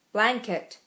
Blanket